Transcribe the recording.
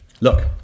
Look